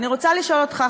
אני רוצה לשאול אותך,